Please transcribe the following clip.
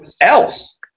else